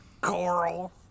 Coral